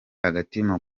agatima